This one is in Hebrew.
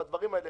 והדברים האלה